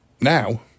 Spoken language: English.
now